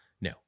No